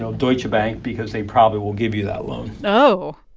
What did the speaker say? ah deutsche bank because they probably will give you that loan oh.